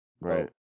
Right